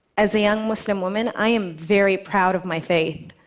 as a young muslim woman, i am very proud of my faith.